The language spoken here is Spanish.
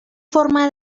forma